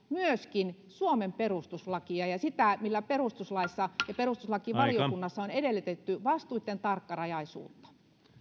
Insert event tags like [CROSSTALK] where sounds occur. [UNINTELLIGIBLE] myöskin suomen perustuslakia ja sitä millä perustuslaissa ja perustuslakivaliokunnassa on edellytetty vastuitten tarkkarajaisuutta